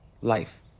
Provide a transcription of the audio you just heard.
life